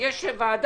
עם כל הכבוד,